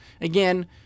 again